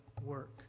work